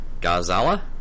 Gazala